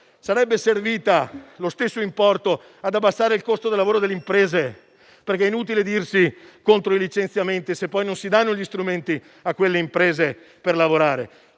sarebbe potuto servire ad abbassare il costo del lavoro delle imprese. È inutile, infatti, dirsi contro i licenziamenti se poi non si danno gli strumenti a quelle imprese per lavorare.